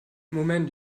moment